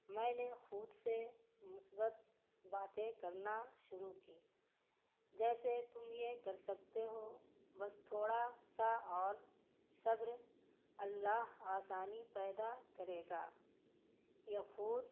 میں نے خود سے مثبت باتیں کرنا شروع کی جیسے تم یہ کر سکتے ہو بس تھوڑا سا اور صبر اللہ آسانی پیدا کرے گا یہ خود